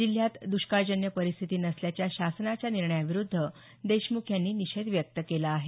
जिल्ह्यात दुष्काळजन्य परिस्थिती नसल्याच्या शासनाच्या निर्णयाविरुद्ध देशमुख यांनी निषेध व्यक्त केला आहे